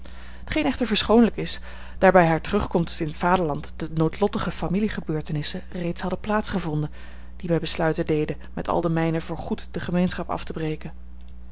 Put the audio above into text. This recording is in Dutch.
t geen echter verschoonlijk is daar bij hare terugkomst in t vaderland de noodlottige familie gebeurtenissen reeds hadden plaats gevonden die mij besluiten deden met al de mijnen voor goed de gemeenschap af te breken